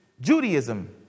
Judaism